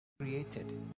created